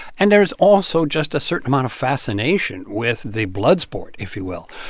and there is also just a certain amount of fascination with the blood sport, if you will,